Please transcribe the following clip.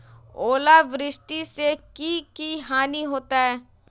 ओलावृष्टि से की की हानि होतै?